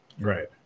Right